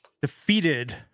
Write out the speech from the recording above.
defeated